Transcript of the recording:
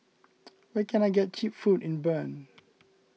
where can I get Cheap Food in Bern